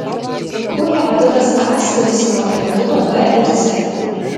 kuo hepatitas a skiriasi nuo hepatito b ir c